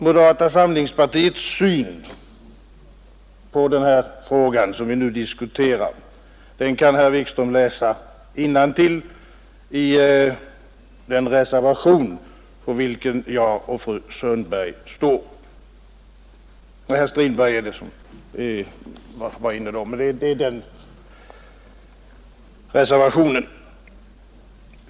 Moderata samlingspartiets syn på den fråga som vi nu diskuterar kan herr Wikström finna, om han läser innantill i den reservationen som herr Strindberg och jag står för.